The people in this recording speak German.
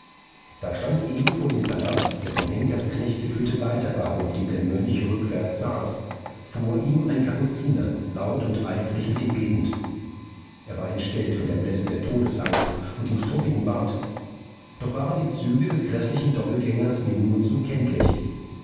da stand eben vor dem palast der vom henkersknecht geführte leiterwagen auf dem der mönch rückwärts saß vor ihm ein kapuziner laut und eifrig mit ihm betend er war entstellt von der blässe der todesangst und dem struppigen bart doch waren die züge des gräßlichen doppeltgängers mir nur zu kenntlich